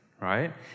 right